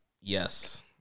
Yes